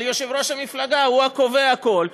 אבל יושב-ראש המפלגה הוא היה קובע הכול,